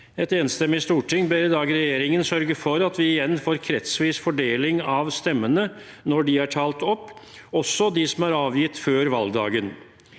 Et enstemmig storting ber i dag regjeringen sørge for at vi igjen får kretsvis fordeling av stemmene når de er talt opp, også de som er avgitt før valgdagen.